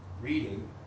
reading